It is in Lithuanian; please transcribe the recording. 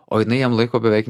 o jinai jam laiko beveik